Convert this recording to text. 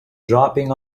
dropping